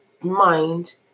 mind